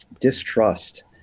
distrust